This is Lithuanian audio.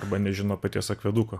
arba nežino paties akveduko